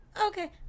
okay